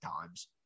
times